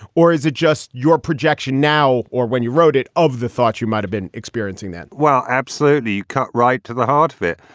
or is it just your projection now or when you wrote it of the thought you might have been experiencing that? well, absolutely. cut right to the heart of it.